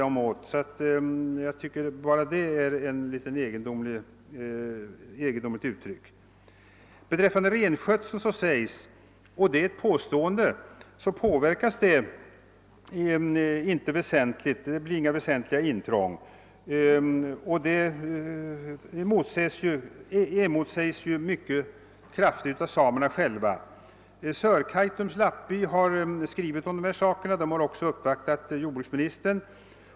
Bara det gör att jag tycker att det är ett egendomligt uttryck. Beträffande renskötseln påstår man att det inte blir något väsentligt intrång. Detta emotsägs emeNertid mycket kraftigt av samerna själva. Från Sörkaitums lappby har man skrivit om den saken och även uppvaktat jordbruksministern.